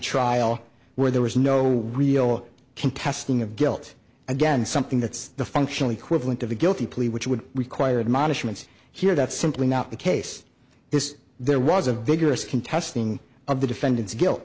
trial where there was no real contesting of guilt again something that's the functionally equivalent of a guilty plea which would require admonishment here that's simply not the case this there was a vigorous contesting of the defendant